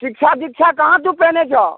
शिक्षा दिक्षा कहाँ तू पयने छऽ